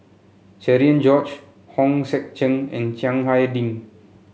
Cherian George Hong Sek Chern and Chiang Hai Ding